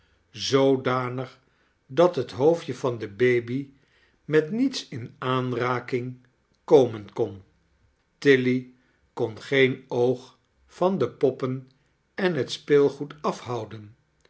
zoodanig dat het hoofdje van de baby met niets in aanraking komen kon tilly kon geen oog van de poppen en het speelgoed afhouden